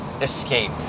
escape